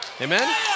Amen